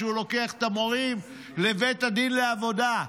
שהוא לוקח את המורים לבית הדין לעבודה.